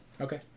Okay